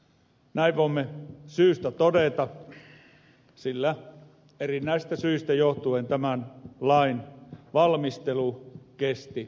näin voimme syystä todeta sillä erinäisistä syistä johtuen tämän lain valmistelu kesti luvattoman kauan